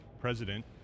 president